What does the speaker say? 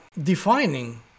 defining